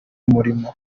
umurimo